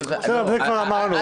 בסדר, את זה כבר אמרנו.